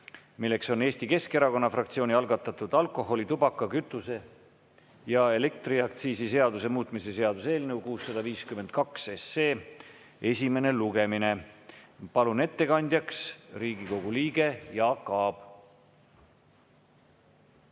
See on Eesti Keskerakonna fraktsiooni algatatud alkoholi‑, tubaka‑, kütuse‑ ja elektriaktsiisi seaduse muutmise seaduse eelnõu 652 esimene lugemine. Ma palun ettekandjaks Riigikogu liikme Jaak Aabi.